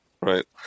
right